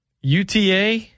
UTA